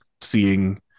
seeing